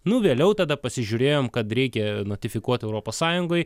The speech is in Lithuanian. nu vėliau tada pasižiūrėjom kad reikia notifikuot europos sąjungoj